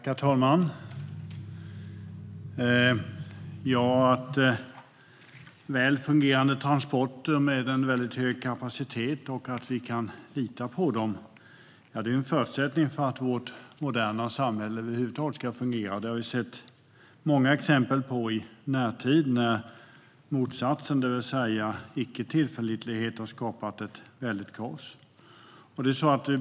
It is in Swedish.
Herr talman! Att vi har väl fungerande transporter med hög kapacitet och att vi kan lita på dem är förutsättningar för att vårt moderna samhälle över huvud taget ska fungera. Det har vi sett många exempel på i närtid när motsatsen, det vill säga icke-tillförlitlighet, har skapat kaos.